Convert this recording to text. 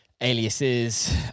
aliases